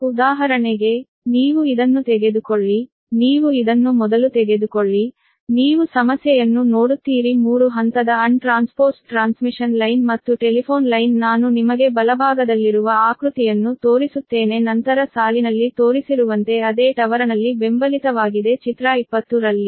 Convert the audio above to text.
ಆದ್ದರಿಂದ ಉದಾಹರಣೆಗೆ ನೀವು ಇದನ್ನು ತೆಗೆದುಕೊಳ್ಳಿ ನೀವು ಇದನ್ನು ಮೊದಲು ತೆಗೆದುಕೊಳ್ಳಿ ನೀವು ಸಮಸ್ಯೆಯನ್ನು ನೋಡುತ್ತೀರಿ 3 ಹಂತದ ಅನ್ ಟ್ರಾನ್ಸ್ಪೋಸ್ಡ್ ಟ್ರಾನ್ಸ್ಮಿಷನ್ ಲೈನ್ ಮತ್ತು ಟೆಲಿಫೋನ್ ಲೈನ್ ನಾನು ನಿಮಗೆ ಬಲಭಾಗದಲ್ಲಿರುವ ಆಕೃತಿಯನ್ನು ತೋರಿಸುತ್ತೇನೆ ನಂತರ ಸಾಲಿನಲ್ಲಿ ತೋರಿಸಿರುವಂತೆ ಅದೇ ಟವರನಲ್ಲಿ ಬೆಂಬಲಿತವಾಗಿದೆ ಚಿತ್ರ 20 ರಲ್ಲಿ